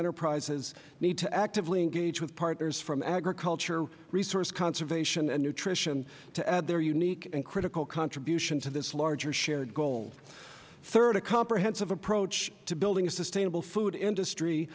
enterprises need to actively engage with partners from agriculture resource conservation and nutrition to add their unique and critical contribution to this larger shared goal third a comprehensive approach to building a sustainable food industry